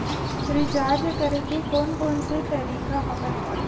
Recharge करे के कोन कोन से तरीका हवय?